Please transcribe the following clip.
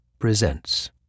presents